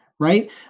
Right